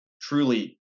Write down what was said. Truly